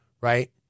right